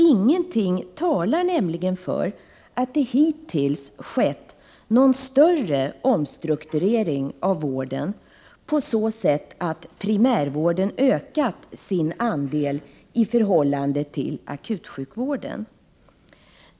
Ingenting talar nämligen för att det hittills skett någon större omstrukturering av vården på så sätt att primärvården ökat sin andel i förhållande till akutsjukvården.